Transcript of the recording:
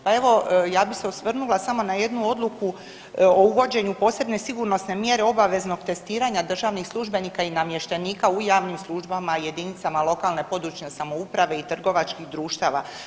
Pa evo ja bi se osvrnula samo na jednu odluku o uvođenju posebne sigurnosne mjere obaveznog testiranja državnih službenika i namještenika u javnim službama i jedinicama lokalne, područne samouprave i trgovačkih društava.